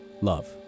Love